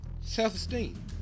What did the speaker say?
Self-esteem